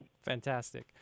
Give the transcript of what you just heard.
Fantastic